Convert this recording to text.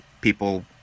people